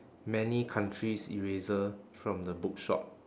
many countries eraser from the bookshop